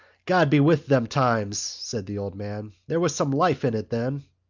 god be with them times! said the old man. there was some life in it then.